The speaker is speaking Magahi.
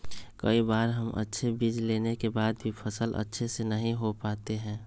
कई बार हम अच्छे बीज लेने के बाद भी फसल अच्छे से नहीं हो पाते हैं?